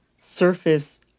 surface